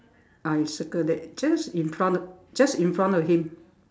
ah you circle that just in front just in front of him